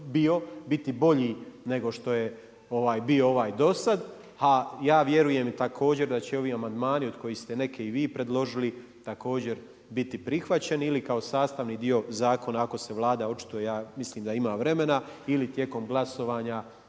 biti bolji nego što je bio ovaj do sada, a ja vjerujem i također da će ovi amandmani od kojih ste neke i vi predložili, također biti prihvaćen ili kao sastavni dio zakona, ako se Vlada očituje, ja mislim da ima vremena ili tijekom glasovanja